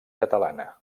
catalana